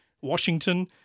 Washington